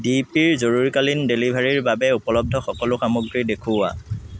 ডিপিৰ জৰুৰীকালীন ডেলিভাৰীৰ বাবে উপলব্ধ সকলো সামগ্ৰী দেখুওৱা